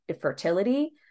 fertility